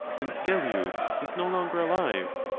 since gellius is no longer alive?